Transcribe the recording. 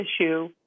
issue